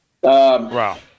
Wow